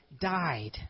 died